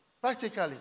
Practically